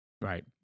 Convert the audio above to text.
Right